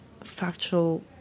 factual